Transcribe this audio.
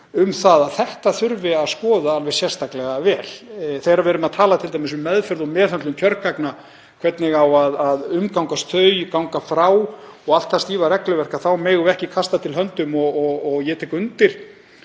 um að þetta þurfi að skoða alveg sérstaklega vel. Þegar við erum að tala t.d. um meðferð og meðhöndlun kjörgagna, hvernig eigi að umgangast þau, ganga frá og allt það stífa regluverk, þá megum við ekki kasta til höndum. Ég tek undir,